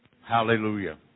Hallelujah